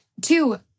two